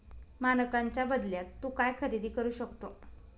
मानकांच्या बदल्यात तू काय खरेदी करू शकतो?